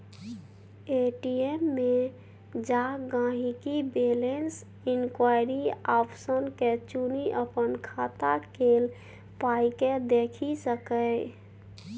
ATM मे जा गांहिकी बैलैंस इंक्वायरी आप्शन के चुनि अपन खाता केल पाइकेँ देखि सकैए